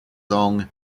song